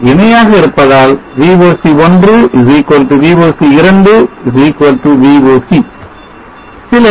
இணையாக இருப்பதால் VOC1 VOC2 VOC